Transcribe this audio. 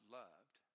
loved